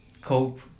cope